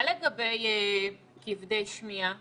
מה לגבי כבדי שמיעה